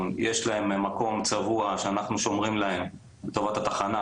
יש להם מקום צבוע שאנחנו שומרים להם לטובת התחנה,